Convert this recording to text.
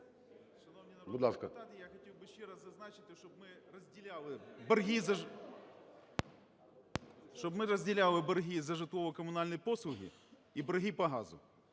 Шановні народні депутати, я хотів би ще раз зазначити, щоб ми розділяли борги за житлово-комунальні послуги і борги по газу.